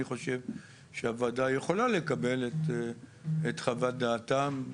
אני חושב שהוועדה יכולה לקבל את חוות דעתם,